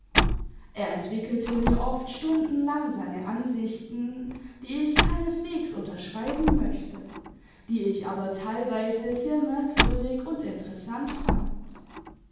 r entwickelte mir oft stimdenlang seine ansichten die ich keineswegs unterschreiben möchte die ich aber teilweise sehr merkwürdig und interessant fand